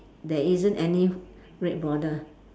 there isn't any red border